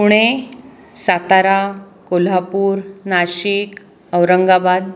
Pune Satara Kolhapur Nashik Aurangabad